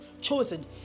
chosen